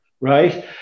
Right